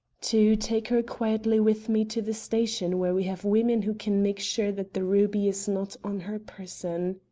to take her quietly with me to the station, where we have women who can make sure that the ruby is not on her person.